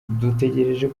dutegereje